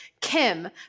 kim